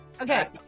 okay